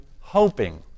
hoping